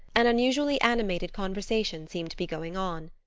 an unusually animated conversation seemed to be going on.